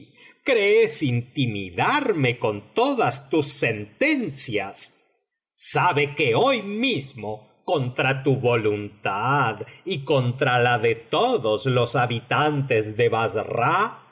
crees intimidarme con todas tus sentencias sabe que hoy mismo contra tu voluntad y contra la de todos los habitantes de bassra